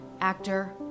actor